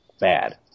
bad